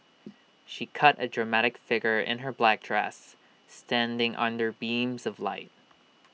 she cut A dramatic figure in her black dress standing under beams of light